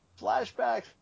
flashbacks